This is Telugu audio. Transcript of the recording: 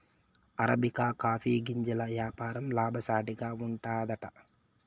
అరబికా కాఫీ గింజల యాపారం లాభసాటిగా ఉండాదట